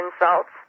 insults